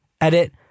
Edit